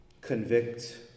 Convict